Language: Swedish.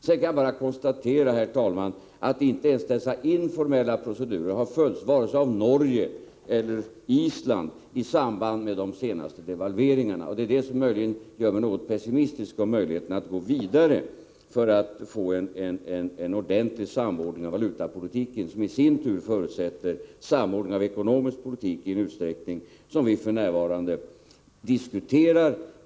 Jag kan bara konstatera, herr talman, att inte ens dessa informella procedurer har följts av vare sig Norge eller Island i samband med de senaste devalveringarna. Det gör mig kanske något pessimistisk. Det gäller ju möjligheterna att gå vidare för att få en ordentlig samordning av valutapolitiken, något som i sin tur förutsätter en samordning av den ekonomiska politiken i en utsträckning som vi f.n. diskuterar.